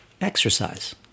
Exercise